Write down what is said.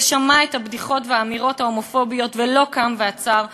ושמע את הבדיחות והאמירות ההומופוביות ולא קם ועצר,